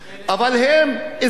אבל הם אזרחים.